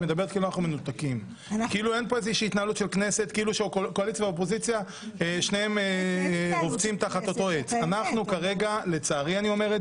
אחרי זה אני אתן לחברת הכנסת שרן השכל גם להציג את זה